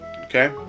Okay